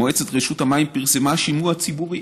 מועצת רשות המים פרסמה שימוע ציבורי,